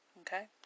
okay